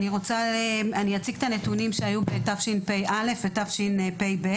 אני אציג את הנתונים שהיו בשנת התשפ"א ובשנת התשפ"ב.